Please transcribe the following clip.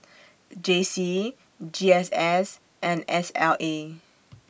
J C G S S and S L A